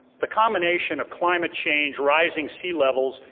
the combination of climate change, rising sea levels,